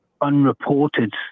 unreported